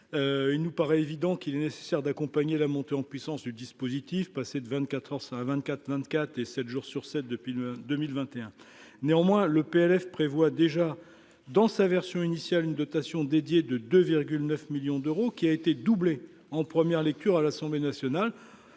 il nous paraît évident qu'il est nécessaire d'accompagner la montée en puissance du dispositif, passer de 24 heures 5 24h/24 et 7 jours sur 7 depuis le 2021, néanmoins le PLF prévoit déjà dans sa version initiale, une dotation dédié de de 9 millions d'euros, qui a été doublée en première lecture à l'Assemblée nationale